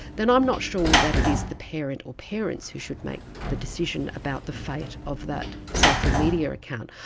then i'm not sure that it is the parent or parents who should make the decision about the fate of that social media account,